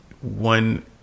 one